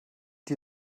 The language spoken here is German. die